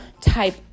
type